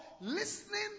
listening